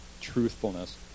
truthfulness